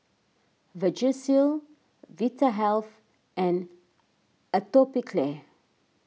Vagisil Vitahealth and Atopiclair